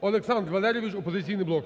Олександр Валерійович, "Опозиційний блок".